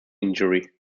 injury